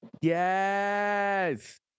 Yes